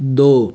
दो